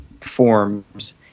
forms